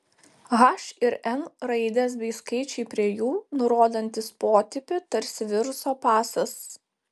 h ir n raidės bei skaičiai prie jų nurodantys potipį tarsi viruso pasas